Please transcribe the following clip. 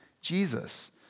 Jesus